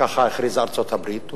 ככה הכריזה ארצות-הברית.